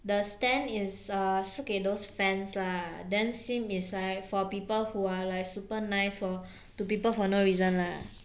the stan is a 是给 those fans lah then simp is like for people who are like super nice for to people for no reason lah